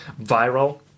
viral